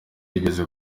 yigeze